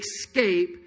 escape